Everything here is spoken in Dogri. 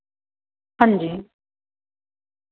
हां जी